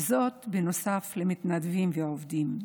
זאת, נוסף למתנדבים ועובדים.